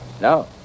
No